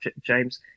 James